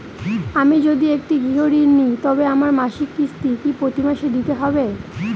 আমি যদি একটি গৃহঋণ নিই তবে আমার মাসিক কিস্তি কি প্রতি মাসে দিতে হবে?